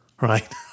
right